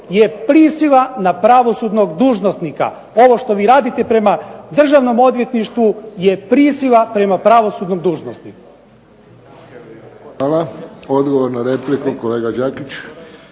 je prisila na pravosudnog dužnosnika. Ovo što vi radite prema državnom odvjetništvu je prisila prema pravosudnom dužnosniku. **Friščić, Josip (HSS)** Hvala. Odgovor na repliku kolega Đakić.